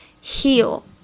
heal